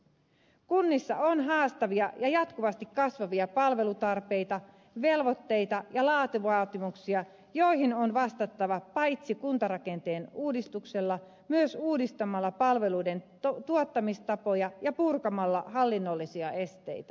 kunnissa on haastavia ja jatkuvasti kasvavia palvelutarpeita velvoitteita ja laatuvaatimuksia joihin on vastattava paitsi kuntarakenteen uudistuksella myös uudistamalla palveluiden tuottamistapoja ja purkamalla hallinnollisia esteitä